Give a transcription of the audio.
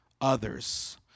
others